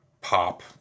pop